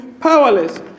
powerless